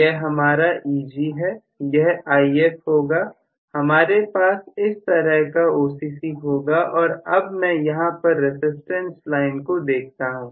यह हमारा Eg है यह If होगा हमारे पास इस तरह का OCC होगा और अब मैं यहां पर रसिस्टेंस लाइन को देखता हूं